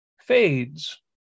fades